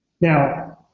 Now